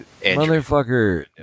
motherfucker